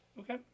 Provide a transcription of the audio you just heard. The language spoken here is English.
Okay